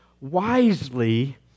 wisely